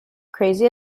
crazy